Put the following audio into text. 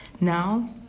Now